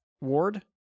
Ward